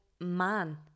man